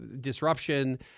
disruption